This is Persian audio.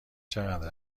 چقدر